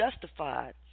justified